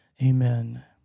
Amen